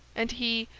and he,